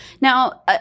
Now